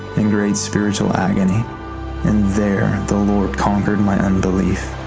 in great spiritual agony and there the lord conquered my unbelief,